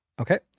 Okay